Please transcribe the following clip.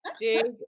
Dig